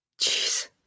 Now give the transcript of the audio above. Jeez